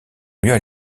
mieux